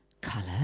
Colour